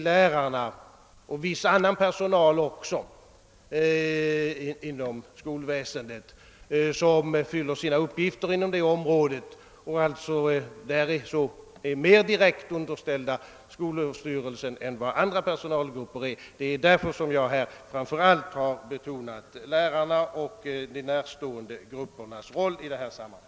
Lärarna och viss annan personal inom skolväsendet fyller sina uppgifter inom detta område, och de är mera direkt underställda skolöverstyrelsen än andra personalgrupper är. Det är därför jag framför allt betcnat lärarnas och de närstående gruppernas roll i detta sammanhang.